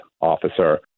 officer